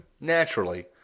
Naturally